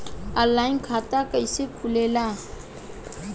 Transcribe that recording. Online खाता कइसे खुलेला?